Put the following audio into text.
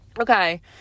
okay